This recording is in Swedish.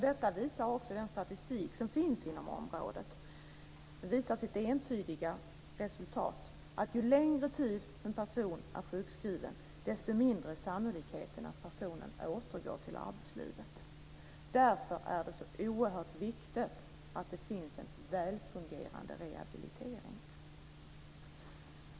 Detta visar också den statistik som finns inom området. Resultatet är entydigt: Ju längre tid en person är sjukskriven, desto mindre är sannolikheten att personen återgår till arbetslivet. Därför är det så oerhört viktigt att det finns en väl fungerande rehabilitering.